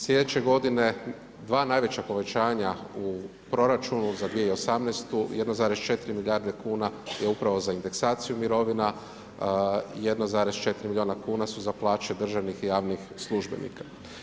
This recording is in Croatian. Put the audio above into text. Sljedeće godina dva najveća povećanja u proračunu za 2018. 1,4 milijardu kuna je upravo za indeksaciju mirovina, 1,4 milijuna kuna su za plaće državnih i javnih službenika.